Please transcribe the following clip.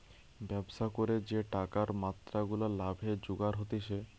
ব্যবসা করে যে টাকার মাত্রা গুলা লাভে জুগার হতিছে